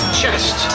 chest